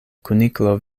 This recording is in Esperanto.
kuniklo